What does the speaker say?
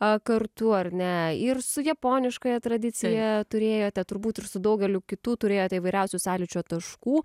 kartu ar ne ir su japoniškaja tradicija turėjote turbūt ir su daugeliu kitų turėjote įvairiausių sąlyčio taškų